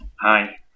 Hi